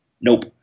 Nope